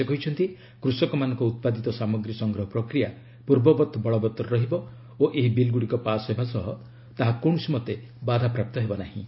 ସେ କହିଛନ୍ତି କୃଷକମାନଙ୍କ ଉତ୍ପାଦିତ ସାମଗ୍ରୀ ସଂଗ୍ରହ ପ୍ରକ୍ରିୟା ପୂର୍ବବତ୍ ବଳବତ୍ତର ରହିବ ଓ ଏହି ବିଲ୍ଗୁଡ଼ିକ ପାସ୍ ହେବା ସହ ତାହା କୌଣସି ମତେ ବାଧାପ୍ରାପ୍ତ ହେବ ନାହିଁ